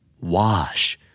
wash